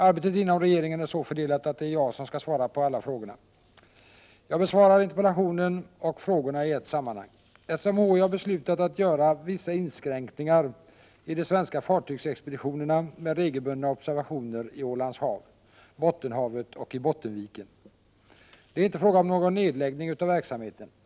Arbetet inom regeringen är så fördelat att det är jag som skall svara på alla frågorna. Jag besvarar interpellationen och frågorna i ett sammanhang. SMHI har beslutat att göra vissa inskränkningar i de svenska fartygsexpeditionerna med regelbundna observationer i Ålands hav, Bottenhavet och i Bottenviken. Det är inte fråga om någon nedläggning av verksamheten.